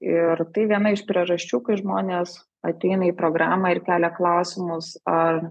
ir tai viena iš priežasčių kai žmonės ateina į programą ir kelia klausimus ar